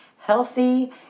healthy